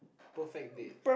perfect date